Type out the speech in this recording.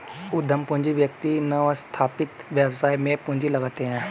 उद्यम पूंजी व्यक्ति नवस्थापित व्यवसाय में पूंजी लगाते हैं